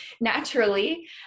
naturally